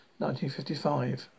1955